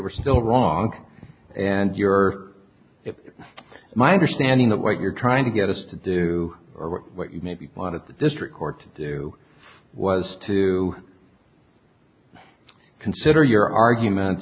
were still wrong and you're it my understanding that what you're trying to get us to do or what you maybe plot at the district court to do was to consider your arguments